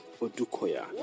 Odukoya